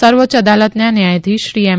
સર્વોચ્ય અદાલતના ન્યાયાધીશશ્રી એમ